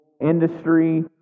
industry